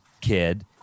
kid